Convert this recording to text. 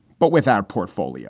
but with our portfolio